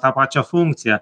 tą pačią funkciją